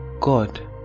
god